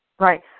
Right